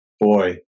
Boy